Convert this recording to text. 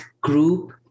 group